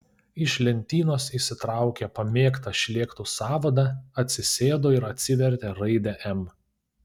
iš lentynos išsitraukė pamėgtą šlėktų sąvadą atsisėdo ir atsivertė raidę m